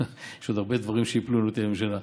יש עוד הרבה דברים שייפלו אם לא תהיה ממשלה,